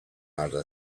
other